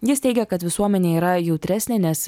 jis teigia kad visuomenė yra jautresnė nes